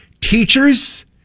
teachers